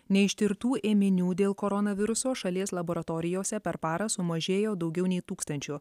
neištirtų ėminių dėl koronaviruso šalies laboratorijose per parą sumažėjo daugiau nei tūkstančiu